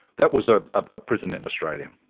that was ah ah a prison in australia,